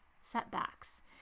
setbacks